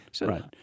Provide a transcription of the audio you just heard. Right